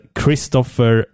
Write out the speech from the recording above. Christopher